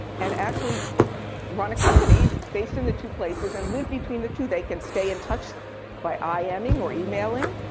and actually run a company based in the two places, and live between the two. they can stay in touch by iming or emailing.